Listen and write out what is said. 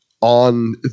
on